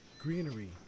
Greenery